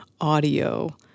audio